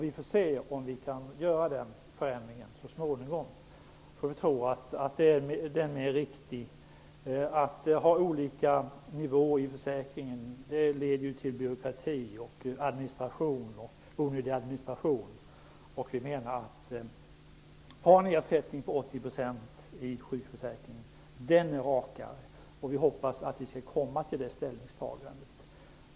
Vi får se om vi så småningom kan göra den förändringen, som vi tror är riktig. Olika ersättningsnivåer leder till onödig byråkrati. Vi menar att det är rakare med en ersättning om 80 % i sjukförsäkringen, och vi hoppas att vi skall kunna komma fram till ett sådant beslut.